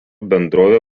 bendrovė